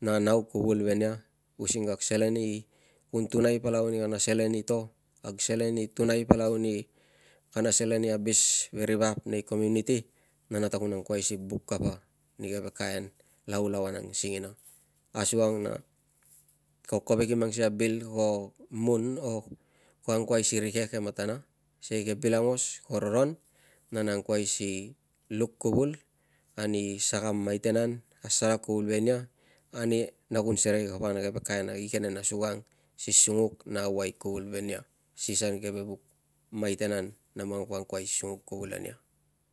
na nau kuvul ve nia using kag selea i kun tuvai ni kana selea i to kag selea i tunai palau abis ve ri vap nei komuniti na nata kon buk kapa ni keve kaea iau lauang singina asukang a ko kovek i mannga sikei a bil ka mun or kuo angkuai ri rikek e matana sikei ke bil augos ko roron na nang kuai si luk kovui ani saka maitea an asalat kuvul ve nia na kua serei kapa na keve kaen igenen asukang si sunguk na avai kuvul ve nia si sang keve vuk maiten au nem long go angkuai si songuk kuvul ve nia.